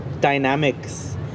dynamics